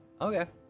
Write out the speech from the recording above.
Okay